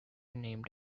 named